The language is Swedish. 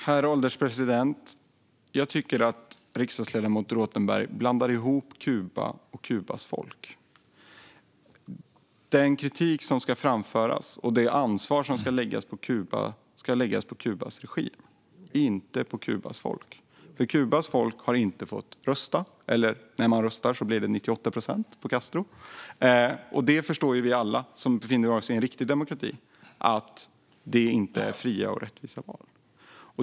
Herr ålderspresident! Jag tycker att riksdagsledamoten Rothenberg blandar ihop Kuba och Kubas folk. Den kritik som ska framföras och det ansvar som ska läggas på Kuba ska läggas på Kubas regim, inte på Kubas folk. Kubas folk har nämligen inte fått rösta, eller när man röstar går 98 procent av rösterna till Castro. Alla vi som befinner oss i en riktig demokrati förstår att det inte är fria och rättvisa val.